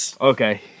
Okay